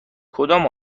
کدام